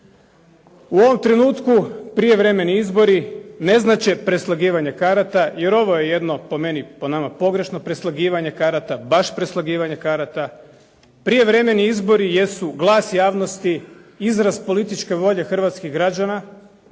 U ovom trenutku prijevremeni izbori ne znače preslagivanje karata jer ovo je jedno po meni, po nama pogrešno preslagivanje karata, baš preslagivanje karata. Prijevremeni izbori jesu glas javnosti, izraz političke volje hrvatskih građana,